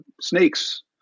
snakes